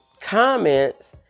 comments